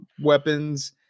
weapons